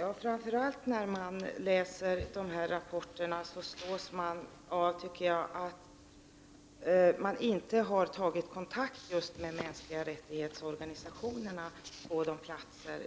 Herr talman! När man läser dessa rapporter slås man framför allt av att kontakter inte tagits med de organisationer som arbetar för de mänskliga rättigheterna på de platser